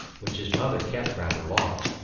which his mother kept rather long,